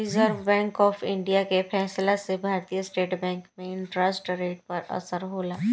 reserve Bank of India के फैसला से भारतीय बैंक में इंटरेस्ट रेट पर असर होला